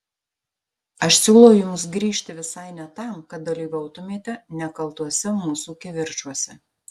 aš siūlau jums grįžti visai ne tam kad dalyvautumėte nekaltuose mūsų kivirčuose